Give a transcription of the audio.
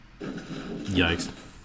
Yikes